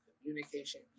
communication